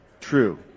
True